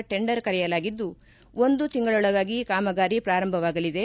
tender ಕರೆಯಲಾಗಿದ್ದು ಒಂದು ತಿಂಗಳೊಳಗಾಗಿ ಕಾಮಗಾರಿ ಪ್ರಾರಂಭವಾಗಲಿದೆ